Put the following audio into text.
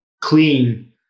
clean